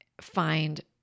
find